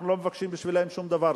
אנחנו לא מבקשים בשבילם שום דבר,